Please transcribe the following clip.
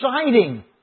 exciting